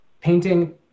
painting